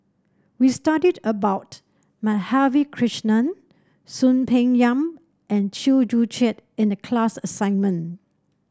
we studied about Madhavi Krishnan Soon Peng Yam and Chew Joo Chiat in the class assignment